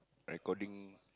recording